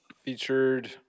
featured